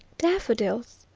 daffodils?